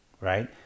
right